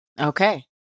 Okay